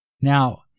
Now